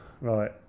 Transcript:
right